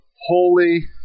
holy